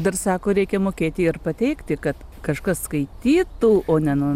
dar sako reikia mokėti ir pateikti kad kažkas skaitytų o ne nu